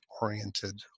oriented